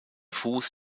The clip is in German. fuß